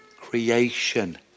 creation